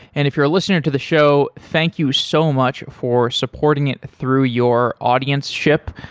and if you're a listener to the show, thank you so much for supporting it through your audienceship.